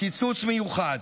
קיצוץ מיוחד.